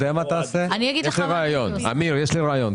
אמיר, יש לי רעיון.